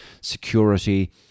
security